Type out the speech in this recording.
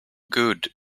good